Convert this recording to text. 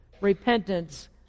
repentance